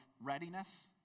readiness